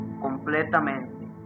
completamente